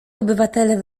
obywatele